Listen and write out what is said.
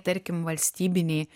tarkim valstybiniai